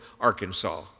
Arkansas